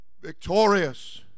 victorious